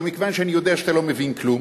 אבל מכיוון שאני יודע שאתה לא מבין כלום,